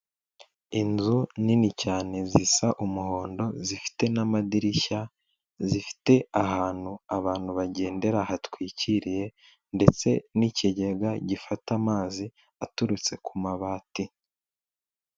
Inzu nini cyane zisa umuhondo zifite n'amadirishya zifite ahantu abantu bagendera hatwikiriye ndetse n'ikigega gifata amazi aturutse ku mabati.